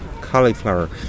cauliflower